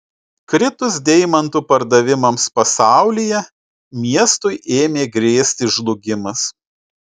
kritus deimantų pardavimams pasaulyje miestui ėmė grėsti žlugimas